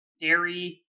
dairy